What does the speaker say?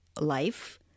life